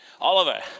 Oliver